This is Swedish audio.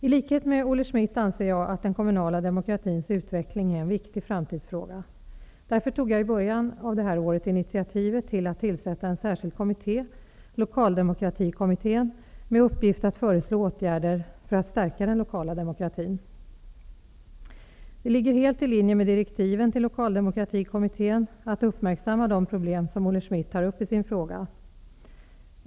I likhet med Olle Schmidt anser jag att den kommunala demokratins utveckling är en viktig framtidsfråga. Därför tog jag i början av det här året initiativ till att tillsätta en särskild kommitté -- Det ligger helt i linje med direktiven till Lokaldemokratikommittén att uppmärksamma de problem som Olle Schmidt tar upp i sin fråga.